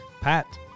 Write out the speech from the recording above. Pat